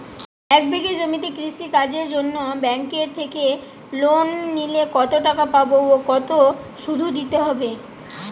এক বিঘে জমিতে কৃষি কাজের জন্য ব্যাঙ্কের থেকে লোন নিলে কত টাকা পাবো ও কত শুধু দিতে হবে?